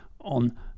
on